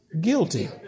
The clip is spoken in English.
guilty